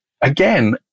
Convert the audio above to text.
again